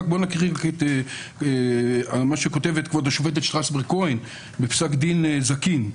אני אקריא את מה שכותבת כבוד השופטת שטרסברג-כהן בפסק דין זקין: